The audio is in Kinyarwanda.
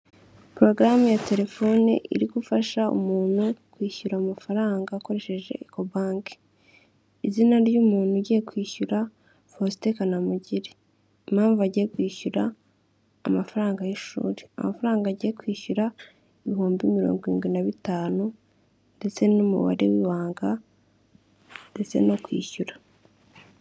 Porogaramu ya telefone iri gufasha umuntu kwishyura amafaranga akoresheje eko banki Izina ry'umuntu ugiye kwishyura: Fosite Kanamugire, impamvu: agiye kwishyura amafaranga y'ishuri amafaranga agiye kwishyura: ibihumbi mirongo irindwi nabi bitanu ndetse n'umubare w'ibanga ndetse no kwishyura.